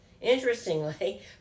Interestingly